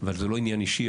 אבל זה לא עניין אישי,